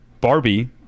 barbie